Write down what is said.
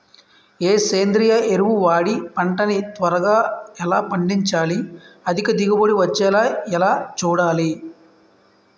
ఏ సేంద్రీయ ఎరువు వాడి పంట ని త్వరగా ఎలా పండించాలి? అధిక దిగుబడి వచ్చేలా ఎలా చూడాలి?